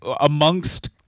amongst